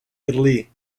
italy